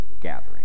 gathering